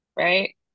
right